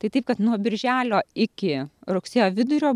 tai taip kad nuo birželio iki rugsėjo vidurio